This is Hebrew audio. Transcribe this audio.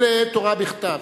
אלה תורה בכתב.